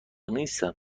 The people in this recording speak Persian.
نیستم